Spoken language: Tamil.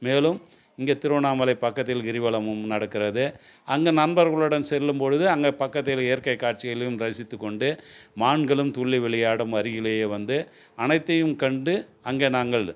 மேலும் இங்கே திருவண்ணாமலை பக்கத்தில் கிரிவலமும் நடக்கிறது அங்கே நண்பர்களுடன் செல்லும் பொழுது அங்கே பக்கத்தில் இயற்கை காட்சிகளையும் ரசித்துக்கொண்டு மான்களும் துள்ளி விளையாடும் அருகிலேயே வந்து அனைத்தையும் கண்டு அங்கே நாங்கள்